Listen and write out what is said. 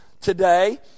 today